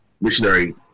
missionary